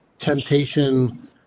temptation